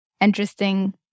interesting